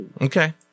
Okay